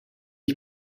ich